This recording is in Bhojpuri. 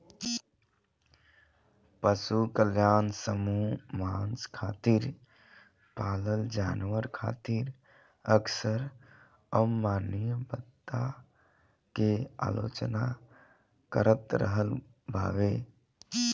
पशु कल्याण समूह मांस खातिर पालल जानवर खातिर अक्सर अमानवीय बता के आलोचना करत रहल बावे